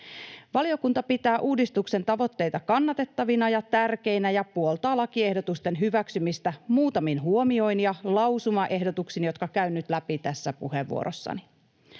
Valiokunta pitää uudistuksen tavoitteita kannatettavina ja tärkeinä ja puoltaa lakiehdotusten hyväksymistä muutamin huomioin ja lausumaehdotuksin, jotka käyn nyt läpi tässä puheenvuorossani.